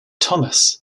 thomas